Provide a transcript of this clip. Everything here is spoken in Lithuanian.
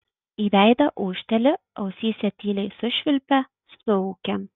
į veidą ūžteli ausyse tyliai sušvilpia suūkia